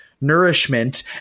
nourishment